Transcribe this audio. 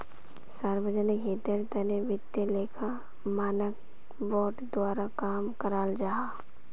सार्वजनिक हीतेर तने वित्तिय लेखा मानक बोर्ड द्वारा काम कराल जाहा